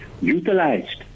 utilized